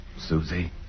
Susie